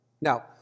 Now